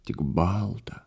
tik balta